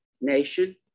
nation